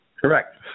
Correct